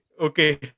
Okay